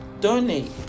donate